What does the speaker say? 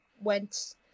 went